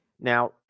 Now